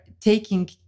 taking